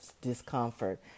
discomfort